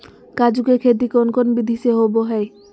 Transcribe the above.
काजू के खेती कौन कौन विधि से होबो हय?